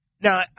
now